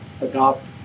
Adopt